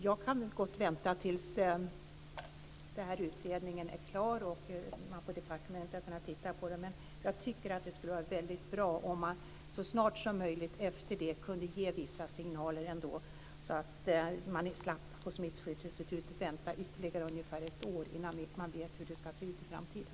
Jag kan gott vänta tills utredningen är klar och man på departementet har tittat på detta. Men det skulle vara väldigt bra med vissa signaler så snart som möjligt efter det, så att man på Smittskyddsinstitutet slipper vänta ytterligare ungefär ett år innan man vet hur det ska se ut i framtiden.